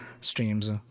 Streams